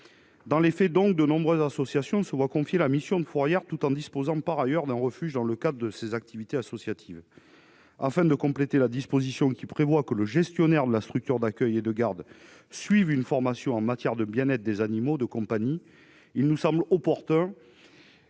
Dans les faits, donc, de nombreuses associations se voient confier la mission de fourrière, tout en disposant, par ailleurs, d'un refuge dans le cadre de leurs activités associatives. Afin de compléter la disposition prévoyant que le gestionnaire de la structure d'accueil et de garde suive une formation en matière de bien-être des animaux de compagnie, il nous semble opportun